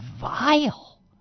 vile